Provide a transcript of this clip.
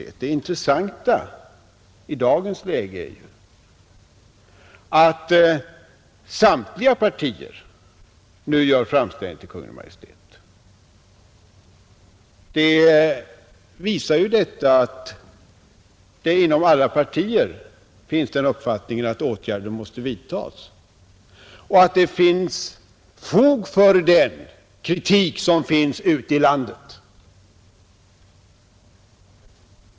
Men det intressanta i dagens läge är ju att samtliga partier önskar göra en framställning till Kungl. Maj:t. Det visar ju att den uppfattningen existerar inom alla partier att åtgärder måste vidtas och att det finns fog för den kritik som förekommer ute i landet.